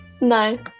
No